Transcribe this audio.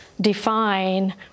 define